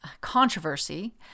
controversy